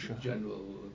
General